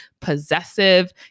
possessive